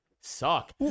suck